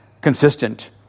consistent